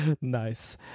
Nice